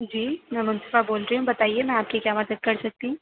جی میں منتشا بول رہی ہوں بتائیے میں آپ کی کیا مدد کر سکتی ہوں